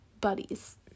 buddies